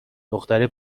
دختره